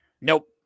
Nope